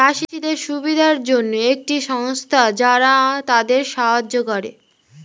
চাষীদের সুবিধার জন্যে একটি সংস্থা যারা তাদের সাহায্য করে